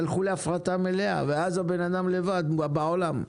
הלכו להפרטה מלאה ואז האדם לבד בעולם.